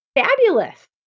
fabulous